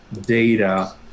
data